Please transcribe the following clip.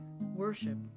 worship